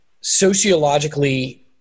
sociologically